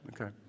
Okay